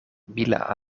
mila